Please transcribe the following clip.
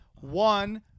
One